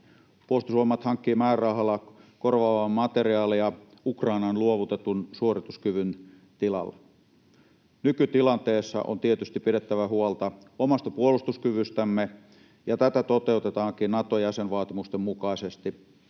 Puolustusvoimat hankkii määrärahalla korvaavaa materiaalia Ukrainaan luovutetun suorituskyvyn tilalle. Nykytilanteessa on tietysti pidettävä huolta omasta puolustuskyvystämme, ja tätä toteutetaankin Nato-jäsenvaatimusten mukaisesti.